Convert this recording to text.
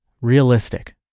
realistic